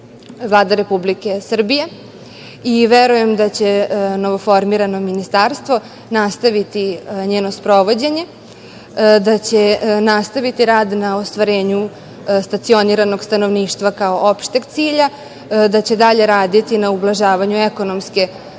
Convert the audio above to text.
Vlada Republike Srbije i verujem da će novoformirano ministarstvo nastaviti njeno sprovođenje, da će nastaviti rad na ostvarenju stacioniranog stanovništva kao opšteg cilja, da će dalje raditi na ublažavanju ekonomske cene